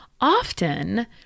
Often